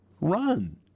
Run